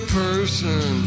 person